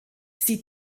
sie